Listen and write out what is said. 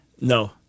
No